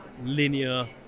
linear